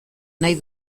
nahi